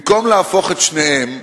במקום להפוך את שניהם,